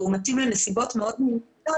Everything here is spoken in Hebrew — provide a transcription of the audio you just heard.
והוא מתאים לנסיבות מאוד מיוחדות